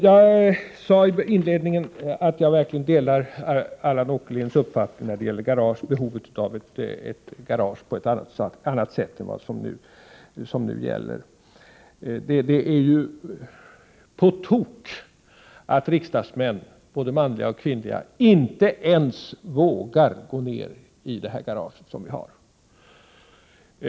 Jag sade i inledningen till mitt anförande att jag verkligen delar Allan Åkerlinds uppfattning när det gäller behovet av ett annat garage än det vi nu har. Det är på tok att riksdagsmän, både manliga och kvinnliga, inte ens vågar gå ned i det garage vi har.